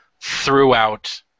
throughout